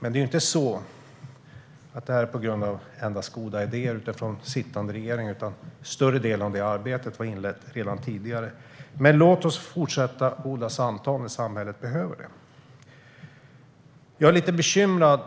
Allt detta är alltså inte bara tack vare goda idéer från sittande regering, utan den större delen av det arbetet hade inletts redan tidigare. Låt oss fortsätta odla samtal när samhället behöver det! Jag är däremot lite bekymrad